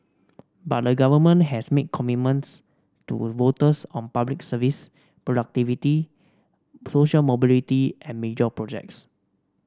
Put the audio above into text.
but the government has made commitments to voters on Public Services productivity social mobility and major projects